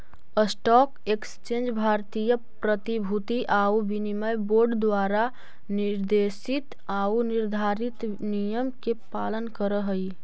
stock exchange भारतीय प्रतिभूति आउ विनिमय बोर्ड द्वारा निर्देशित आऊ निर्धारित नियम के पालन करऽ हइ